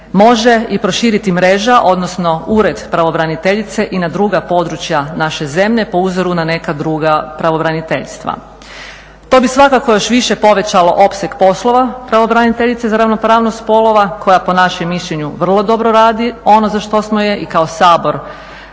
može proširiti mreža odnosno Ured pravobraniteljice i na druga područja naše zemlje po uzoru na neka druga pravobraniteljstva. To bi svakako još više pojačalo opseg poslova pravobraniteljice za ravnopravnost spolova koja po našem mišljenju vrlo dobro radi ono za što smo je i kao Sabor